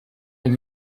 den